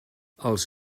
els